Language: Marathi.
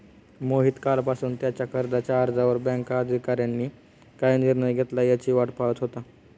मोहित कालपासून त्याच्या कर्जाच्या अर्जावर बँक अधिकाऱ्यांनी काय निर्णय घेतला याची वाट पाहत होता